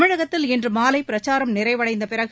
தமிழகத்தில் இன்று மாலை பிரச்சாரம் நிறைவடைந்த பிறகு